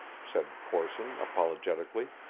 said corson apologetically.